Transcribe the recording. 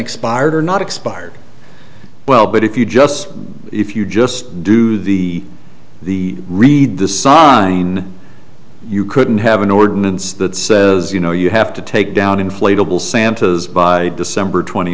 expired or not expired well but if you just if you just do the the read the sign you couldn't have an ordinance that says you know you have to take down inflatable santas by december twenty